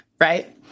right